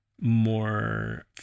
more